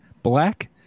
black